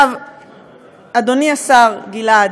אדוני השר גלעד,